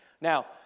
Now